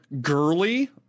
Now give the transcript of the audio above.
girly